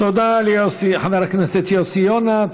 תודה לחבר הכנסת יוסי יונה.